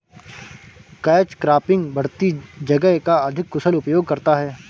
catch cropping बढ़ती जगह का अधिक कुशल उपयोग करता है